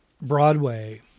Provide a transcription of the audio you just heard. Broadway